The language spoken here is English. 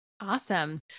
Awesome